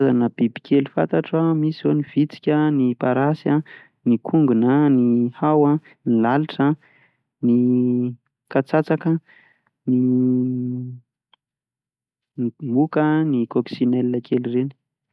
Karazana bibikely fantatro an misy zao ny vitsika, ny parasy a, ny kongona a, ny hao a, ny lalitra a, ny katsatsaka, ny moka, ny coccinelle kely reny.